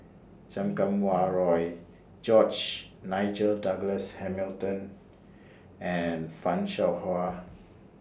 Chan Kum Wah Roy George Nigel Douglas Hamilton and fan Shao Hua